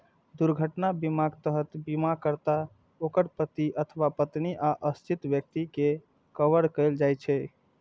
दुर्घटना बीमाक तहत बीमाकर्ता, ओकर पति अथवा पत्नी आ आश्रित व्यक्ति कें कवर कैल जाइ छै